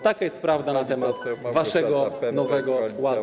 Taka jest prawda na temat waszego Nowego Ładu.